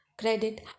credit